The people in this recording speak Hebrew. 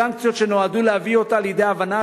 סנקציות שנועדו להביא אותה לידי הבנה